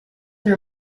her